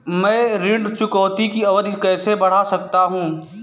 मैं ऋण चुकौती की अवधि कैसे बढ़ा सकता हूं?